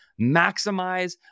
maximize